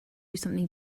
something